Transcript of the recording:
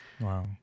Wow